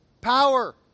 Power